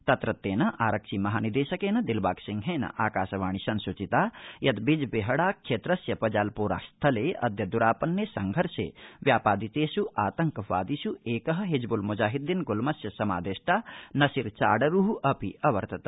तत्रत्येन आरक्षि महानिदेशकेन दिलबागसिंहेन आकाशवाणी संसूचिता यत् बिजबह्हडा क्षद्वस्थ्य पजालपोरा स्थले अद्य द्रापन्ने प्रतिसंघर्षे व्यापादितेष् आतंकवादिष् एक हिजब्ल म्जाहिदीन गुल्मस्य समादेष्टा नसीर चाडरू अपि अवर्तत